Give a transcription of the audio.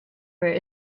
were